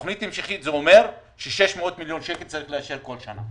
תוכנית המשכית זה אומר שסכום של 600 מיליון שקלים צריך לאשר כל שנה.